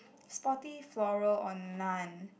sporty floral or none